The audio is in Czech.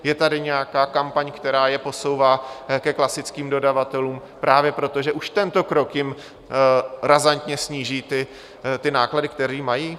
Je tady nějaká kampaň, která je posouvá ke klasickým dodavatelům právě proto, že už tento krok jim razantně sníží náklady, které mají?